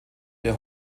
der